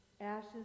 ashes